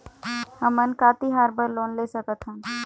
हमन का तिहार बर लोन ले सकथन?